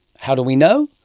how do we know?